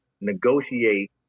negotiate